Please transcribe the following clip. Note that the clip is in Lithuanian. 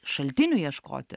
šaltinių ieškoti